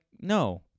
no